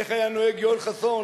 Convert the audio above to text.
איך היה נוהג יואל חסון,